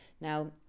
Now